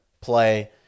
play